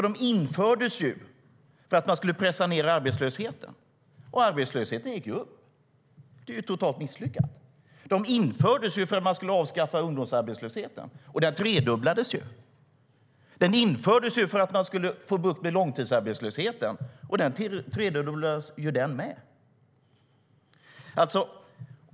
De infördes för att man skulle pressa ned arbetslösheten, och arbetslösheten gick ju upp. Det är totalt misslyckat. De infördes för att man skulle avskaffa ungdomsarbetslösheten, och den tredubblades. De infördes för att man skulle få bukt med långtidsarbetslösheten. Den tredubblades, den också.